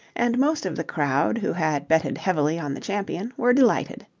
and most of the crowd, who had betted heavily on the champion, were delighted.